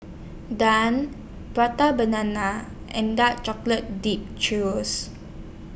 Prata Banana and Dark Chocolate Dipped